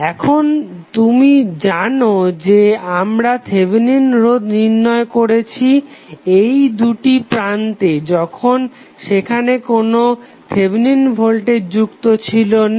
এখন তুমি জানো যে আমরা থেভেনিন রোধ নির্ণয় করেছি এই দুটি প্রান্তে যখন সেখানে কোনো থেভেনিন ভোল্টেজ যুক্ত ছিলো না